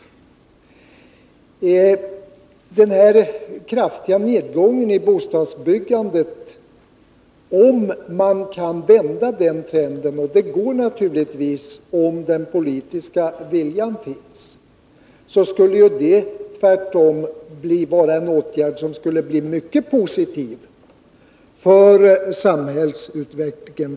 Om man kan vända trenden med den kraftiga nedgången i bostadsbyggandet — och det går naturligtvis, om den politiska viljan finns — vore det en åtgärd som skulle bli mycket positiv för samhällsutvecklingen.